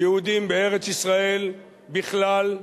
יהודים בארץ-ישראל בכלל,